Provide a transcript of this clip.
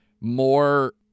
more